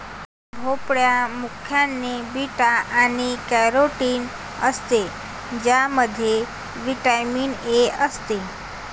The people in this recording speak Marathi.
भोपळ्यामध्ये प्रामुख्याने बीटा आणि कॅरोटीन असते ज्यामध्ये व्हिटॅमिन ए असते